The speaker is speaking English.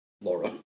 Laura